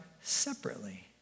separately